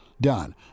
done